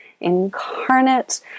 incarnate